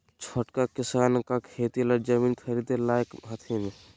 छोटका किसान का खेती ला जमीन ख़रीदे लायक हथीन?